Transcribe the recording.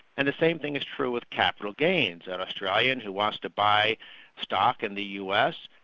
and the same thing is true with capital gains an australian who wants to buy stock in the us,